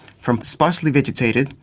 from sparsely vegetated,